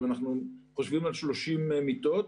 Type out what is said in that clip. אם אנחנו חושבים על 30 מיטות.